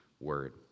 word